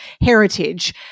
heritage